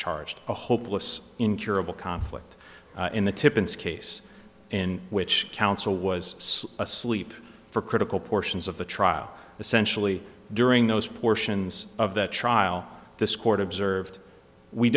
charged a hopeless incurable conflict in the tippins case in which counsel was asleep for critical portions of the trial essentially during those portions of the trial this court observed we